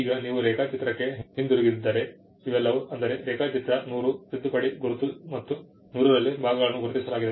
ಈಗ ನೀವು ರೇಖಾಚಿತ್ರಕ್ಕೆ ಹಿಂದಿರುಗಿದ್ದರೆ ಇವೆಲ್ಲವೂ ಅಂದರೆ ರೇಖಾಚಿತ್ರ 100 ತಿದ್ದುಪಡಿ ಗುರುತು ಮತ್ತು 100 ರಲ್ಲಿ ಭಾಗಗಳನ್ನು ಗುರುತಿಸಲಾಗಿದೆ